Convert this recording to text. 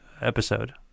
episode